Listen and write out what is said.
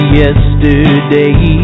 yesterday